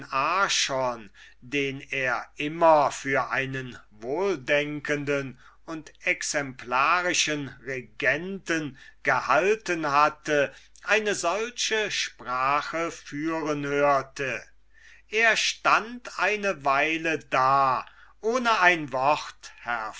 den er immer für einen wohldenkenden und exemplarischen regenten gehalten hatte eine solche sprache führen hörte er stund eine weile da ohne ein wort